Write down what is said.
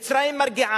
מרגיע ומצרים מרגיעה.